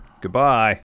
Goodbye